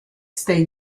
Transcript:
stay